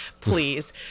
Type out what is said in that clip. please